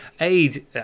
aid